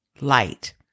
light